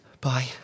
Bye